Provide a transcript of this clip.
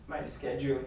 right schedule